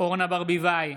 אורנה ברביבאי,